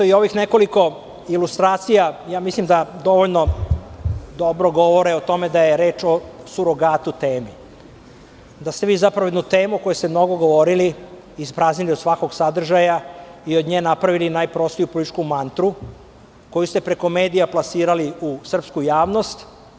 Eto, i ovih nekoliko ilustracija mislim da dovoljno dobro govore o tome da je reč o surogatu temi, da ste vi zapravo jednu temu o kojoj ste mnogo govorili ispraznili od svakog sadržaja i od nje napravili najprostiju političku mantru koju ste preko medija plasirali u srpsku javnost.